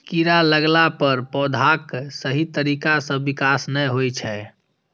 कीड़ा लगला पर पौधाक सही तरीका सं विकास नै होइ छै